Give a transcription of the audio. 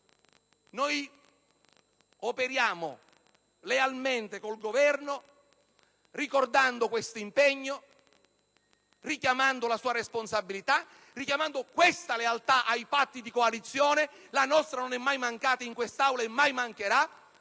Operiamo lealmente con il Governo ricordando questo impegno, richiamando la sua responsabilità e richiamando questa lealtà ai patti di coalizione. La nostra lealtà non è mai mancata in quest'Aula e mai mancherà,